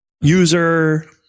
user